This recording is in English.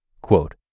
quote